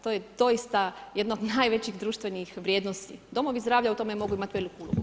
To je doista jedno od najvećih društvenih vrijednosti, domovi zdravlja u tome mogu imati ulogu.